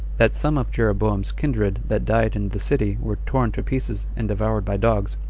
that some of jeroboam's kindred that died in the city were torn to pieces and devoured by dogs,